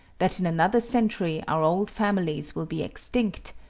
that in another century our old families will be extinct,